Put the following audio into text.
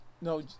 no